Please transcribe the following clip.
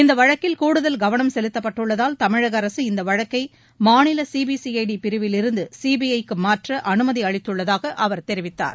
இந்த வழக்கில் கூடுதல் கவனம் செலுத்தப்பட்டுள்ளதால் தமிழக அரசு இந்த வழக்கை மாநில சிபிசிஐடி பிரிவிலிருந்து சிபிஐ க்கு மாற்ற அனுமதி அளித்துள்ளதாக அவர் தெரிவித்தார்